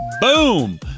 Boom